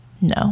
No